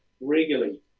regularly